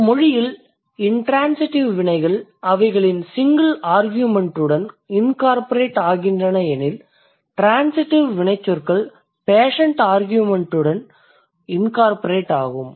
ஒரு மொழியில் இண்ட்ரான்சிடிவ் வினைகள் அவைகளின் சிங்கிள் ஆர்கியூமெண்ட் உடன் incorporate ஆகின்றன எனில் ட்ரான்சிடிவ் வினைச்சொற்கள் பேஷண்ட் ஆர்கியூமெண்ட் உடன் incorporate ஆகும்